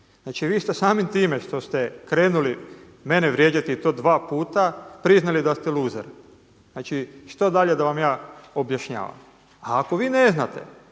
Znači vi ste samim time što ste krenuli mene vrijeđati i to dva puta priznali da ste luzer. Znači šta dalje da vam ja objašnjavam. A ako vi ne znate